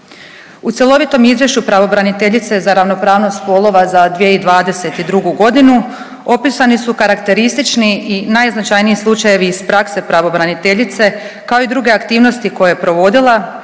U cjelovitom izvješću pravobraniteljice za ravnopravnost spolova za 2022. godinu opisani su karakteristični i najznačajniji slučajevi iz prakse pravobraniteljice kao i druge aktivnosti koje je provodila